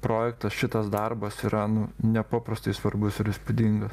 projektas šitas darbas yra nu nepaprastai svarbus ir įspūdingas